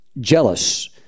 jealous